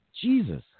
Jesus